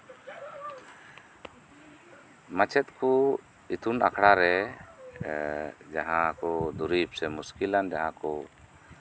ᱢᱟᱪᱮᱫ ᱠᱚ ᱤᱛᱩᱱ ᱟᱥᱲᱟ ᱨᱮ ᱮᱸᱜ ᱡᱟᱦᱟᱸ ᱠᱚ ᱫᱩᱨᱤᱵᱽ ᱥᱮ ᱢᱩᱥᱠᱤᱞᱟᱱ ᱡᱟᱦᱟᱸ ᱠᱚ